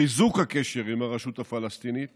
חיזוק הקשר עם הרשות הפלסטינית